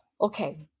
Okay